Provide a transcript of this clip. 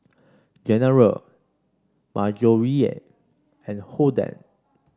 General Marjorie and Holden